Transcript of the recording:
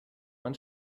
man